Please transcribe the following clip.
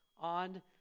on